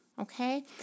okay